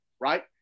Right